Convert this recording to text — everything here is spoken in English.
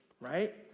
right